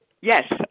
Yes